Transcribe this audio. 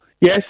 Yes